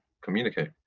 communicate